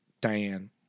Diane